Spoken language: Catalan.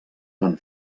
van